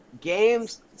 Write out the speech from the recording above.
games